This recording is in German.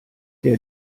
der